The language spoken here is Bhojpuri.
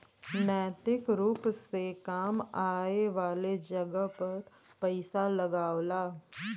नैतिक रुप से काम आए वाले जगह पर पइसा लगावला